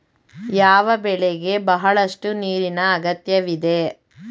ಯಾವ ಬೆಳೆಗೆ ಬಹಳಷ್ಟು ನೀರಿನ ಅಗತ್ಯವಿದೆ?